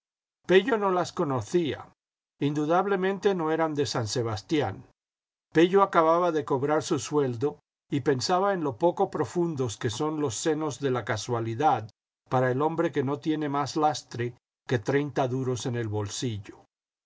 pello no las conocía indudablemente no eran de san sebastián pello acababa de cobrar su sueldo y pensaba en lo poco profundos que son los senos de la casualidad para el hombre que no tiene más lastre que treinta duros en el bolsillo